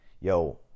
Yo